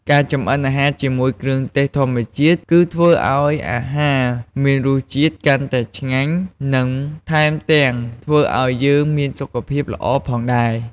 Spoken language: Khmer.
ការចម្អិនអាហារជាមួយគ្រឿងទេសធម្មជាតិគឺធ្វើឲ្យអាហារមានរសជាតិកាន់តែឆ្ងាញ់ និងថែមទាំងធ្វើឲ្យយើងបានមានសុខភាពល្អផងដែរ។